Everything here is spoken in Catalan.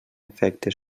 efecte